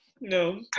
no